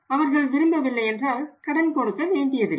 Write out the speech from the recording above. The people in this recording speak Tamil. அவர்கள் விரும்பவில்லை என்றால் கடன் கொடுக்க வேண்டியதில்லை